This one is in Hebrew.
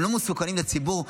הם לא מסוכנים לציבור.